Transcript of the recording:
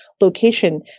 location